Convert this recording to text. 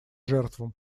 жертвам